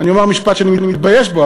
אני אומר משפט שאני מתבייש בו,